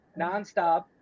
nonstop